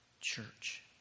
church